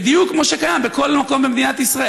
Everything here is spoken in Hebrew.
בדיוק כמו שקיים בכל מקום במדינת ישראל?